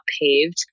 paved